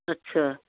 ਅੱਛਾ